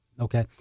Okay